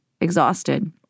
exhausted